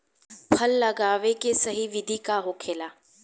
फल लगावे के सही विधि का होखेला?